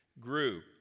group